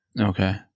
Okay